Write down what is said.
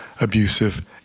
abusive